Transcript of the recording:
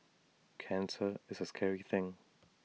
cancer is A scary thing